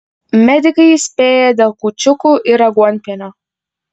medikai įspėja dėl kūčiukų ir aguonpienio